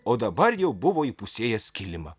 o dabar jau buvo įpusėjęs kilimą